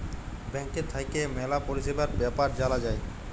ব্যাংকের থাক্যে ম্যালা পরিষেবার বেপার জালা যায়